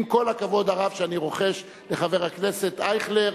עם כל הכבוד הרב שאני רוחש לחבר הכנסת אייכלר,